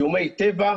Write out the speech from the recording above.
איומי טבע,